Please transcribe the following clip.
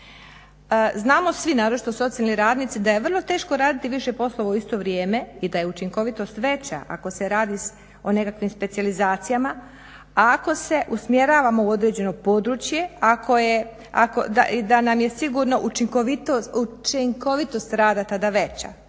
Znamo svi naročito socijalni radnici, da je vrlo teško raditi više poslova u isto vrijeme i da je učinkovitost veća ako se radi o nekakvim specijalizacijama, a ako se usmjeravamo u određeno područje i da nam je sigurno učinkovitost rada tada veća.